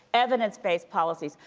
evidence-based policies.